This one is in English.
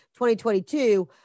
2022